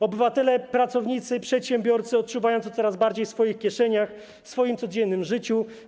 Obywatele, pracownicy, przedsiębiorcy odczuwają to coraz bardziej w swoich kieszeniach, w swoim codziennym życiu.